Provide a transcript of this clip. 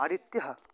आदित्यः